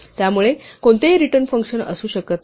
त्यामुळे कोणतेही return function असू शकत नाही